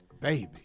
Baby